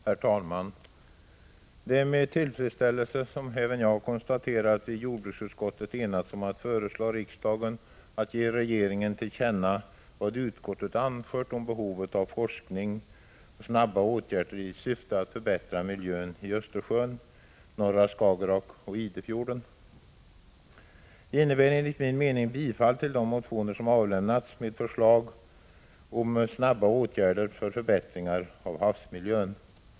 Herr talman! Det är med tillfredsställelse som även jag konstaterar att vi i jordbruksutskottet har enats om att föreslå riksdagen att ge regeringen till känna vad utskottet har anfört om behovet av forskning och snara åtgärder i syfte att förbättra miljön i Östersjön, norra Skagerrak och Idefjorden. Det innebär enligt min mening ett bifall till de motioner som har avlämnats med förslag om snara åtgärder för förbättringar av havsmiljön.